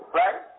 right